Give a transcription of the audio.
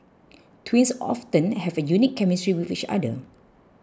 twins often have a unique chemistry with each other